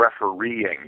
refereeing